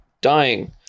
dying